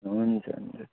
हुन्छ हुन्छ